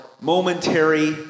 momentary